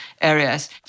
areas